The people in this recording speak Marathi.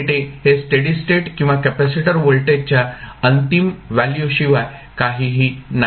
आणि हे स्टेडी स्टेट किंवा कॅपेसिटर व्होल्टेजच्या अंतिम व्हॅल्यू शिवाय काही नाही